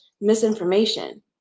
misinformation